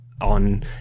on